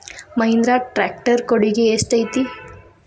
Mahindra tractor ಕೊಡುಗೆ ಎಷ್ಟು ಐತಿ?